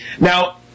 now